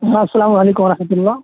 ہاں السلام علیکم و رحمۃ اللہ